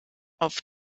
auf